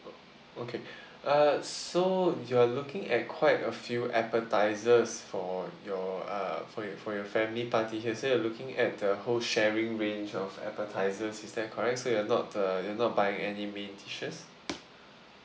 okay uh so you're looking at quite a few appetisers for your uh for your for your family party here so you're looking at the whole sharing range of appetisers is that correct so you're not uh you're not buying any main dishes